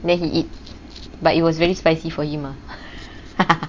then he eat but it was really spicy for you ah